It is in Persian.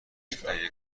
تهیه